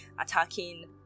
attacking